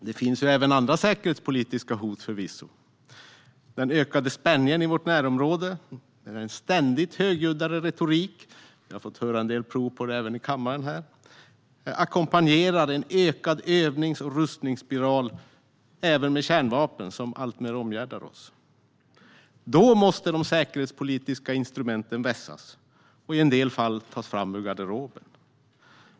Det finns förvisso även andra säkerhetspolitiska hot: den ökade spänningen i vårt närområde där en ständigt högljuddare retorik, som vi har fått höra en del prov på även här i kammaren, ackompanjerar en ökad övnings och upprustningsspiral, också med kärnvapnen som omgärdar oss. Då måste de säkerhetspolitiska instrumenten vässas och i en del fall tas fram ur garderoben.